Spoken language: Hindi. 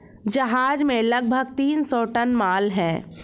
जहाज में लगभग तीन सौ टन माल है